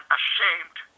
ashamed